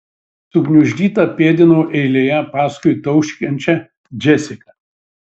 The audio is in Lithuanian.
sugniuždyta pėdinau eilėje paskui tauškiančią džesiką